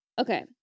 Okay